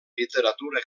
literatura